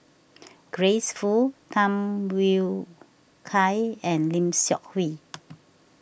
Grace Fu Tham Yui Kai and Lim Seok Hui